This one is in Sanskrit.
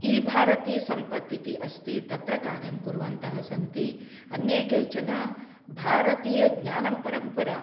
ई भारतीसम्पत् इति अस्ति तत्र कार्यं कुर्वन्तः सन्ति अन्ये केचन भारतीयज्ञानपरम्परा